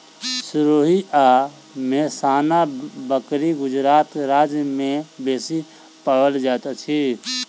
सिरोही आ मेहसाना बकरी गुजरात राज्य में बेसी पाओल जाइत अछि